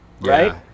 Right